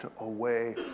away